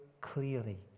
clearly